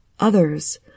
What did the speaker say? Others